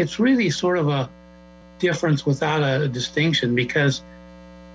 it's really sort of a difference without a distinction because